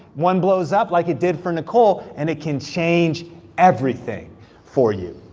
one blows up like it did for nicole, and it can change everything for you.